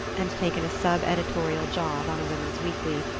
and taken a sub-editorial job on a women's weekly,